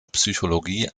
psychologie